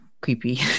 creepy